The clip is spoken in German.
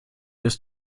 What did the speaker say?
ist